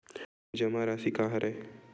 जमा राशि राशि का हरय?